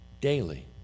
Daily